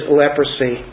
leprosy